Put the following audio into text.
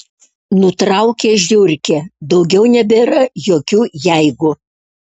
nutraukė žiurkė daugiau nebėra jokių jeigu